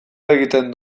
egiten